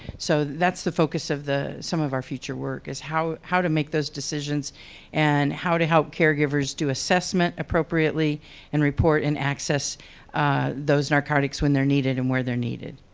so that's the focus of the, some of our future work is how how to make those decisions and how to help caregivers do assessment appropriately and report and access those narcotics when they're needed and where they're needed.